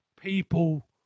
people